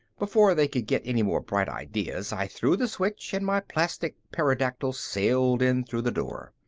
before they could get any more bright ideas, i threw the switch and my plastic pterodactyl sailed in through the door.